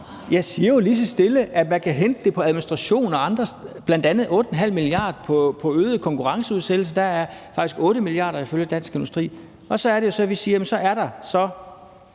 jeg siger jo lige så stille, at man kan hente det på administration og andre ting, bl.a. 8,5 mia. kr. på øget konkurrenceudsættelse. Der er faktisk 8 mia. kr. ifølge Dansk Industri. Og så er det, at vi siger, at så er der de